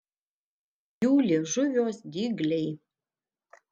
jų liežuviuos dygliai